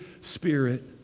Spirit